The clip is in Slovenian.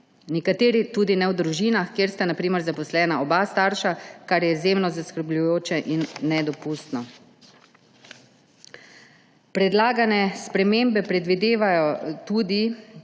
Nekateri tudi ne v družinah, kjer sta na primer zaposlena oba starša, kar je izjemno zaskrbljujoče in nedopustno. Predlagane spremembe predvidevajo tudi,